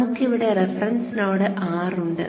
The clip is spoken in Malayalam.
നമുക്ക് ഇവിടെ റഫറൻസ് നോഡ് R ഉണ്ട്